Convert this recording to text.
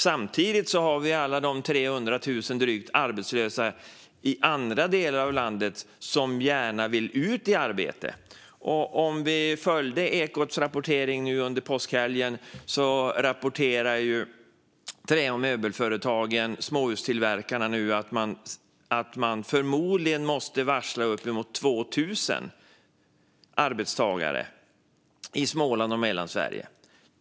Samtidigt har vi alla de drygt 300 000 arbetslösa i andra delar av landet som gärna vill komma ut i arbete. Den som följde Ekot s rapportering under påskhelgen kunde höra att Trä och Möbelföretagen och småhustillverkarna meddelade att de förmodligen måste varsla uppemot 2 000 arbetstagare i Småland och Mellansverige.